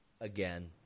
Again